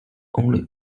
only